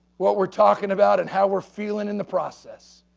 what we're talking about and how we're feeling in the process,